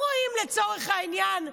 זאת אומרת, לא רואים, לצורך העניין,